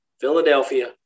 Philadelphia